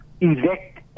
evict